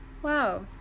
Wow